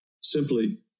simply